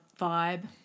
vibe